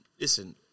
listen